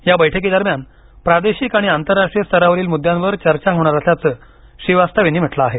या बैठकी दरम्यान प्रादेशिक आणि आंतराराष्ट्रीय स्तरावरील मुद्यांवर चर्चा होणार असल्याचं श्रीवास्तव यांनी म्हटलं आहे